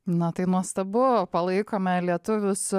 na tai nuostabu palaikome lietuvius